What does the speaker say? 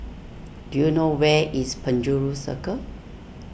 do you know where is Penjuru Circle